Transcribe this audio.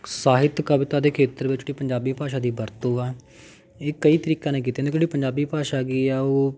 ਸਾਹਿਤ ਕਵਿਤਾ ਦੇ ਖੇਤਰ ਵਿੱਚ ਕੀ ਪੰਜਾਬੀ ਭਾਸ਼ਾ ਦੀ ਵਰਤੋਂ ਆ ਇਹ ਕਈ ਤਰੀਕਿਆਂ ਨਾਲ ਕੀਤੀ ਜਾਂਦੀ ਕਿਉਂਕਿ ਜਿਹੜੀ ਪੰਜਾਬੀ ਭਾਸ਼ਾ ਹੈਗੀ ਆ ਉਹ